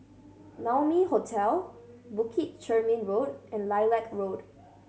Naumi Hotel Bukit Chermin Road and Lilac Road